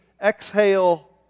exhale